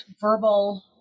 verbal